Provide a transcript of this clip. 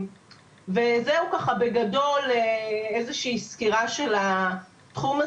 זה ככה בגדול, איזושהי סקירה של התחום.